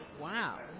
Wow